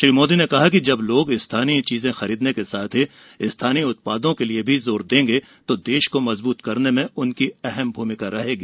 श्री मोदी ने कहा कि जब लोग स्थानीय चीजे खरीदने के साथ ही स्थानीय उत्पादों के लिये भी जोर देंगे तो देश को मजबूत करने में उनकी अहम भूमिका रहेगी